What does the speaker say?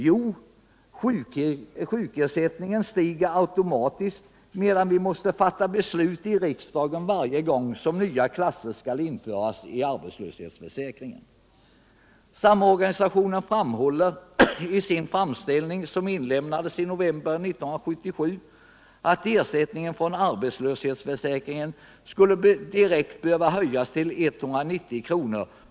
Jo, sjukersättningen stiger automatiskt, medan vi måste fatta beslut i riksdagen varje gång som nya klasser skall införas i arbetslöshetsförsäkringen. Samorganisationen framhåller i sin framställning, som inlämnades i november 1977, att ersättningen från arbetslöshetsförsäkringen skulle direkt behöva höjas till 190 kr.